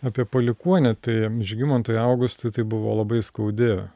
apie palikuonį tai žygimantui augustui tai buvo labai skaudi